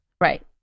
Right